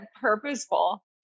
purposeful